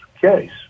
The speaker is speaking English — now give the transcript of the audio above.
case